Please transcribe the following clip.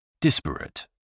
Disparate